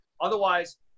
Otherwise